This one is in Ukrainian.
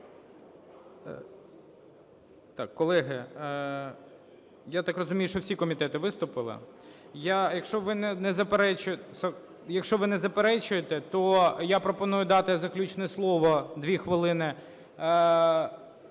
колеги, я так розумію, що всі комітети виступили. Якщо ви не заперечуєте, то я пропоную дати заключне слово 2 хвилини